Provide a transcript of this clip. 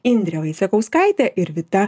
indrė vaicekauskaitė ir vita